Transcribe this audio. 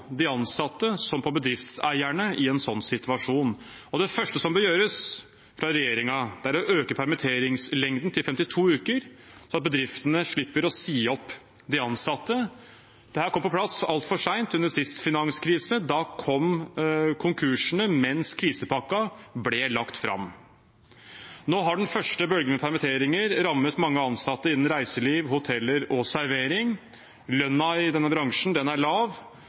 de ansatte som på bedriftseierne i en sånn situasjon. Det første som bør gjøres fra regjeringen, er å øke permitteringslengden til 52 uker, så bedriftene slipper å si opp de ansatte. Dette kom på plass altfor sent under siste finanskrise. Da kom konkursene mens krisepakken ble lagt fram. Nå har den første bølgen av permitteringer rammet mange ansatte i reiseliv, hotell og servering. Lønnen i denne bransjen er lav.